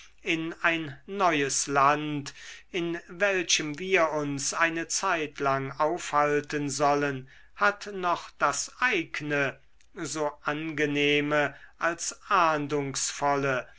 in ein neues land in welchem wir uns eine zeitlang aufhalten sollen hat noch das eigne so angenehme als